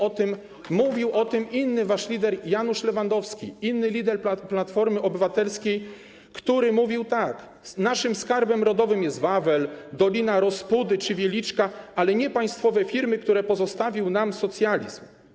O tym mówił inny wasz lider, Janusz Lewandowski, inny lider Platformy Obywatelskiej, który twierdził tak: naszym srebrem rodowym jest Wawel, Dolina Rospudy czy Wieliczka, ale nie państwowe firmy, które pozostawił nam socjalizm.